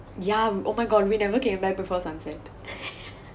ya oh my god we never came back before sunset